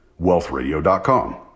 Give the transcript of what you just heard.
wealthradio.com